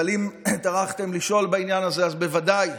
אבל אם טרחתם לשאול בעניין הזה, אז בוודאי.